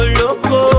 loco